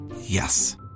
Yes